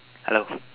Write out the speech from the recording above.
hello